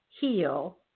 heal